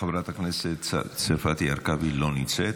חברת הכנסת צרפתי הרכבי, לא נמצאת.